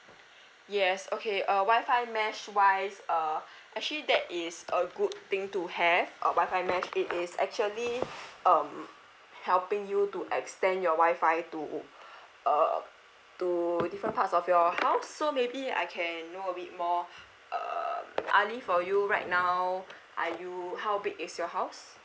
yes okay uh wifi mesh wise uh actually that is a good thing to have a wifi mesh it is actually um helping you to extend your wifi to uh to different parts of your house so maybe I can know a bit more um ali for you right now are you how big is your house